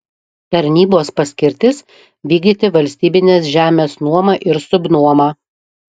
tarnybos paskirtis vykdyti valstybinės žemės nuomą ir subnuomą